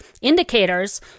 indicators